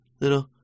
little